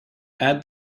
add